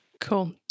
Cool